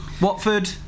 Watford